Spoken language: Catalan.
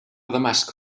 damasc